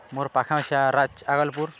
ମୋର୍ ପାଖେ ଅଛେ ରାଜ୍ ଆଗଲ୍ପୁର୍